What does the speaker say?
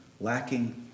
lacking